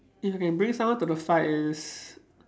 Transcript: if you can bring someone to the fight is